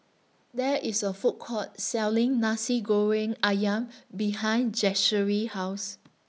There IS A Food Court Selling Nasi Goreng Ayam behind Zachary's House